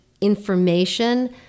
information